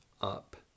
up